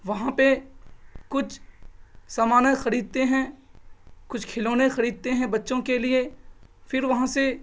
وہاں پہ کچھ سامانیں خریدتے ہیں کچھ کھلونے خریدتے ہیں بچوں کے لیے فر وہاں سے